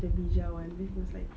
the bija one then he was like